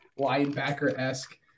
linebacker-esque